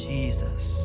Jesus